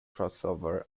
crossover